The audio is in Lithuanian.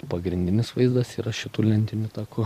pagrindinis vaizdas yra šitu lentiniu taku